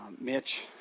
Mitch